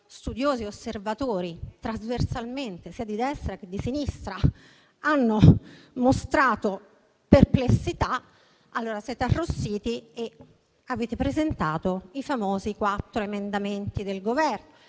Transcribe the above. studiosi e osservatori trasversalmente, sia di destra che di sinistra, hanno mostrato perplessità, allora siete arrossiti e avete presentato i famosi quattro emendamenti del Governo.